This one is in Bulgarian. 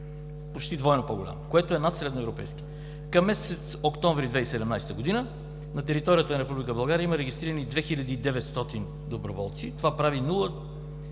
почти двойно по-голям, което е над средноевропейския. Към месец октомври 2017 г. на територията на Република България има регистрирани 2 900 доброволци. Това прави 0,4